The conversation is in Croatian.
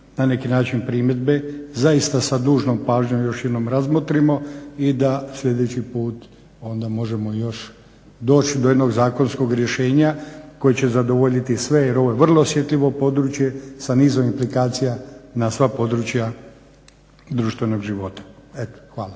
na neki način primjedbe zaista sa dužnom pažnjom još jednom razmotrimo i da sljedeći put onda možemo još doći do jednog zakonskog rješenja koje će zadovoljiti sve jer ovo je vrlo osjetljivo područje sa nizom implikacija na sva područja društvenog života. Eto,